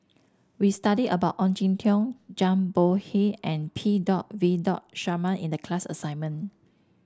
we studied about Ong Jin Teong Zhang Bohe and P dot V dot Sharma in the class assignment